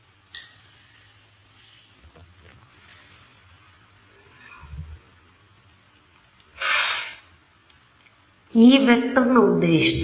ಆದ್ದರಿಂದ ಈ ವೆಕ್ಟರ್ನ ಉದ್ದ ಎಷ್ಟು